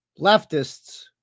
leftists